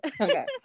Okay